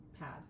pad